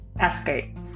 Escape